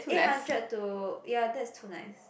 eight hundred to ya that is too nice